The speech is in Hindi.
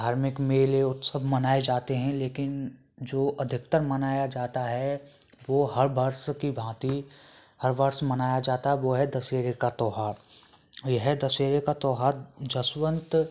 धार्मिक मेले उत्सव मनाए जाते हैं लेकिन जो अधिकतर मनाया जाता है वो हर वर्ष की भाँति हर वर्ष मनाया जाता है वो है दशहरे का त्यौहार ये है दशहरे का त्यौहार जसवंत